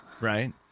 right